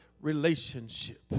relationship